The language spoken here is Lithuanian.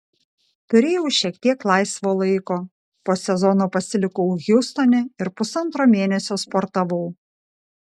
turėjau šiek tiek laisvo laiko po sezono pasilikau hjustone ir pusantro mėnesio sportavau